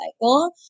cycle